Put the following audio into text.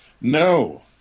No